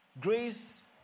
Grace